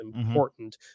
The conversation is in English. important